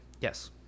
Yes